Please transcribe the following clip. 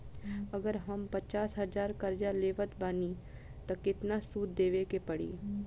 अगर हम पचास हज़ार कर्जा लेवत बानी त केतना सूद देवे के पड़ी?